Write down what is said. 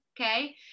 okay